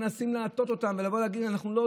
מנסים להטעות אותם ולהגיד: לא,